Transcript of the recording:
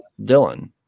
Dylan